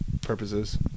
purposes